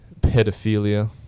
pedophilia